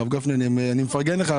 הרב גפני, אני מפרגן לך.